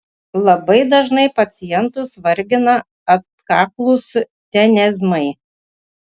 labai dažnai pacientus vargina atkaklūs tenezmai